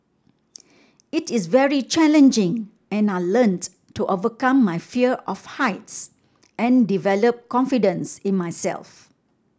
it is very challenging and I learnt to overcome my fear of heights and develop confidence in myself